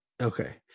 okay